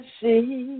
see